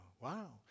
Wow